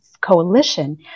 coalition